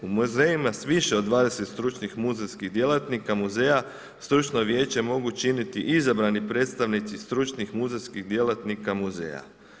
U muzejima s više od 20 stručnih muzejskih djelatnika muzeja, Stručno vijeće mogu činiti izabrani predstavnici stručnih muzejskih djelatnika muzeja.